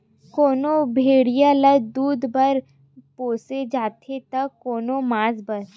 कोनो भेड़िया ल दूद बर पोसे जाथे त कोनो ल मांस बर